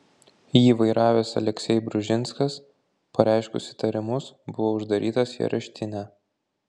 jį vairavęs aleksej bružinskas pareiškus įtarimus buvo uždarytas į areštinę